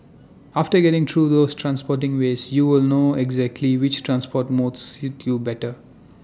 after getting through those transporting ways you will know exactly which transport modes suit you better